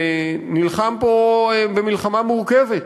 שנלחם פה מלחמה מורכבת.